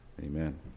Amen